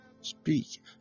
speak